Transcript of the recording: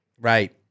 Right